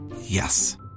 Yes